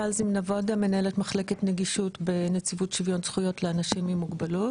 מנהלת מחלקת נגישות בנציבות שוויון זכויות לאנשים עם מוגבלות.